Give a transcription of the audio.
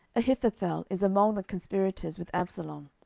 ahithophel is among the conspirators with absalom.